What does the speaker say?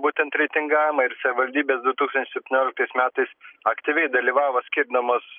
būtent reitingavimą ir savivaldybės du tūkstančiai septynioliktais metais aktyviai dalyvavo skirdamos